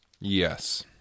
Yes